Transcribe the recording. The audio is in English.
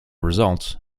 result